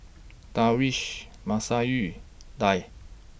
Darwish Masayu Dhia